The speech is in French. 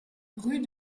rue